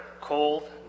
cold